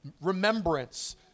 remembrance